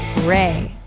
Ray